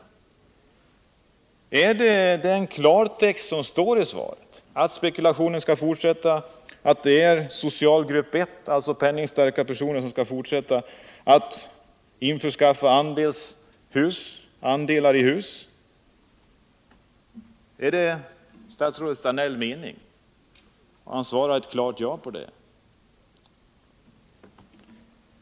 Skall svaret i klartext tydas så, att spekulationen skall fortsätta och att det är de som tillhör socialgrupp 1— dvs. penningstarka personer — som även i fortsättningen skall kunna skaffa andelar i dessa hus? Är det statsrådet Danells mening? Han tycks svara ett klart ja på den frågan.